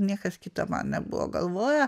niekas kita man nebuvo galvoje